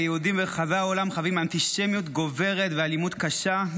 כשהיהודים ברחבי העולם חווים אנטישמיות גוברת ואלימות קשה,